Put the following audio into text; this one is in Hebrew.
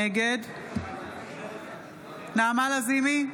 נגד נעמה לזימי,